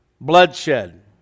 bloodshed